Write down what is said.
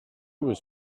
was